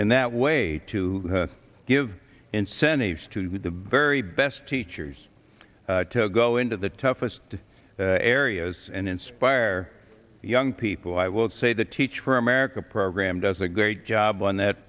in that way to give incentives to the very best teachers to go into the toughest areas and inspire young people i would say the teach for america program does a great job on that